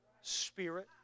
Spirit